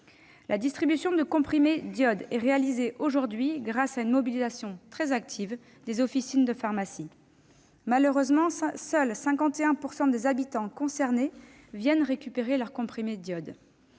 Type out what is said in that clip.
la distribution de comprimés d'iode est réalisée grâce à une mobilisation très active des officines de pharmacie, malheureusement, seuls 51 % des habitants concernés vont chercher leurs comprimés.